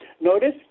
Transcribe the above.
notice